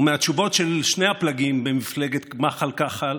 ומהתשובות של שני הפלגים במפלגת מח"ל-כח"ל